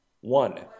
one